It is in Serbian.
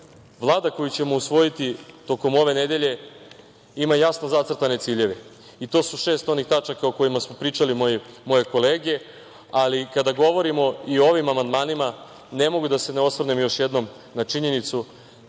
Vlada koju ćemo usvojiti tokom ove nedelje ima jasno zacrtane ciljeve i to su onih šest tačaka o kojima su pričale moje kolege. Ali, kada govorimo i ovim amandmanima, ne mogu da se ne osvrnem još jednom na činjenicu